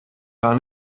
gar